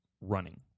running